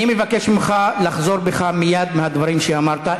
אני מבקש ממך לחזור בך מייד מהדברים שאמרת.